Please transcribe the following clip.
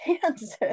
Kansas